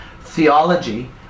theology